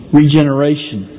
regeneration